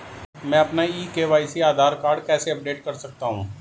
मैं अपना e KYC Aadhaar card कैसे अपडेट कर सकता हूँ?